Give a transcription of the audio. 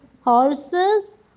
horses